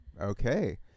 okay